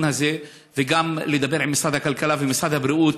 הזה וגם לדבר עם משרד הכלכלה ומשרד הבריאות,